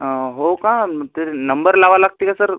हो का ते नंबर लावावा लागते का सर